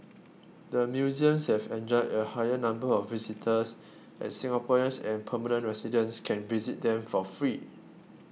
the museums have enjoyed a higher number of visitors as Singaporeans and permanent residents can visit them for free